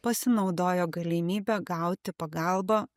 pasinaudojo galimybe gauti pagalbą